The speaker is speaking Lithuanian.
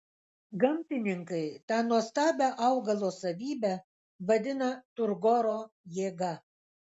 gamtininkai tą nuostabią augalo savybę vadina turgoro jėga